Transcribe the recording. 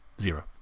Zero